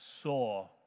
saw